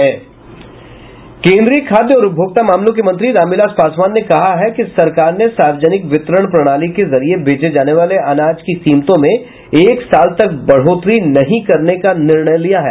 केन्द्रीय खाद्य और उपभोक्ता मामलों के मंत्री रामविलास पासवान ने कहा है कि सरकार ने सार्वजनिक वितरण प्रणाली के जरिये बेचे जाने वाले अनाज की कीमतों में एक साल तक बढ़ोत्तरी नहीं करने का निर्णय लिया है